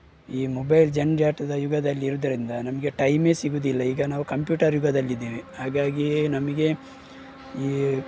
ಈ ಮೊಬೈಲ್ ಜಂಜಾಟದ ಯುಗದಲ್ಲಿ ಇರೋದರಿಂದ ನಮಗೆ ಟೈಮೇ ಸಿಗೋದಿಲ್ಲ ಈಗ ನಾವು ಕಂಪ್ಯೂಟರ್ ಯುಗದಲ್ಲಿದ್ದೇವೆ ಹಾಗಾಗಿ ನಮಗೆ ಈ